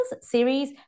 series